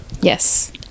yes